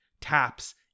taps